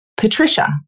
Patricia